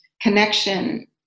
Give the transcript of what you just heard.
connection